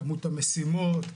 כמות המשימות,